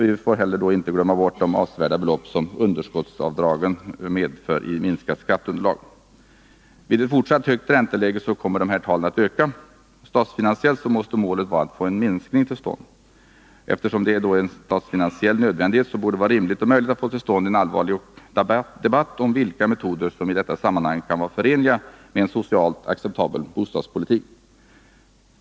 Vi får inte heller glömma bort de avsevärda belopp som underskottsavdragen medför i minskat skatteunderlag. Vid ett fortsatt högt ränteläge kommer dessa tal att öka. Statsfinansiellt måste målet vara att få en minskning till stånd. Eftersom detta är en statsfinansiell nödvändighet borde det vara rimligt och möjligt att få till stånd en allvarlig debatt om vilka metoder som i detta sammanhang kan vara förenliga med en socialt acceptabel bostadspolitik.